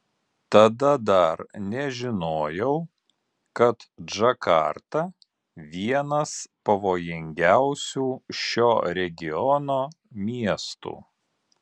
tada dar nežinojau kad džakarta vienas pavojingiausių šio regiono miestų